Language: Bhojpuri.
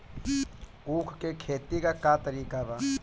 उख के खेती का तरीका का बा?